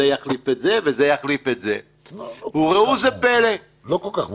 זה יחליף את זה וזה יחליף את זה --- לא כל כך מורכב.